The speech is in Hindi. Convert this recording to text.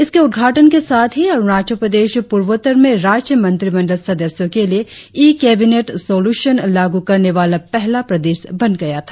इसके उद्घाटन के साथ ही अरुणाचल प्रदेश पूर्वोत्तर में राज्य मंत्रिमंडल सदस्यो के लिए ई केबिनेट सोलुशन लागू करने वाला पहला प्रदेश बन गया था